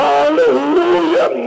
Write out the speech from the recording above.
Hallelujah